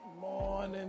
morning